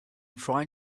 trying